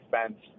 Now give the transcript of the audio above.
expense